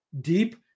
deep